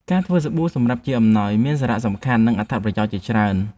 ការធ្វើសាប៊ូសម្រាប់ជាអំណោយ មានសារៈសំខាន់ និងអត្ថប្រយោជន៍ជាច្រើន។